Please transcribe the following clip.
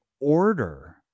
order